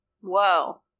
Whoa